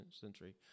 century